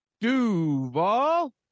Duval